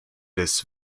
des